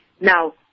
Now